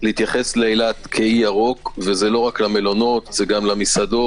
להתייחס לאלת כאי ירוק וזה לא רק למלונות; זה גם למסעדות,